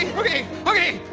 okay, okay,